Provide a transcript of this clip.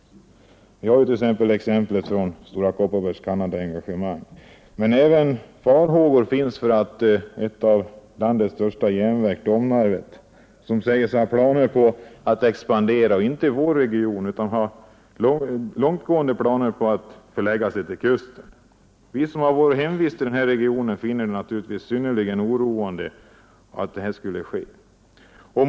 Vi har exemplet från Stora Kopparbergs Canadaengagemang. Det har också väckt farhågor att ett av landets största järnverk, Domnarvet, säger sig ha planer på att expandera men inte i vår region utan vid kusten. Vi som har vårt hemvist i Bergslagen finner det naturligtvis oroande att så skall ske.